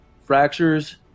fractures